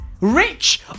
Rich